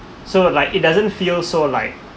so like it doesn't feel so like